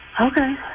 okay